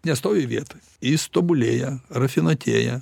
nestovi vietoj jis tobulėja rafinuotėja